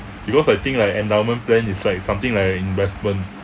because I think like endowment plan is like something like investment